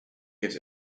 gives